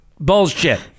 bullshit